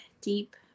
deep